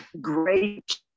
great